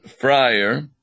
friar